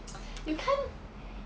you can't